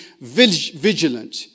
vigilant